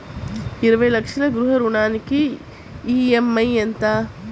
ఇరవై లక్షల గృహ రుణానికి ఈ.ఎం.ఐ ఎంత?